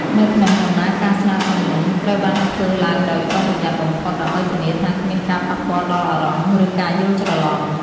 នៅក្នុង ដំណើរការស្នើសុំនេះ ត្រូវបានធ្វើឡើងដោយប្រុងប្រយ័ត្នបំផុត ដើម្បីធានាថាគ្មានការប៉ះពាល់ដល់អារម្មណ៍ ឬការយល់ច្រឡំ។